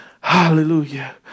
Hallelujah